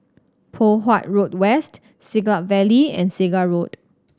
Poh Huat Road West Siglap Valley and Segar Road